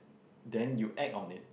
then you act on it